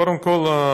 קודם כול,